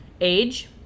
age